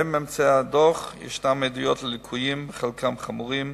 בין ממצאי הדוח יש עדויות לליקויים, חלקם חמורים,